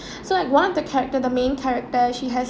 so like one of the character the main character she has